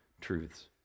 truths